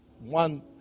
one